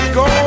go